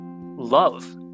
love